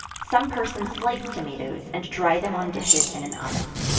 some persons slice tomatoes, and dry them on dishes in an oven.